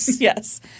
Yes